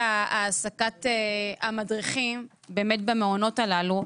של העסקת המדריכים במעונות הללו.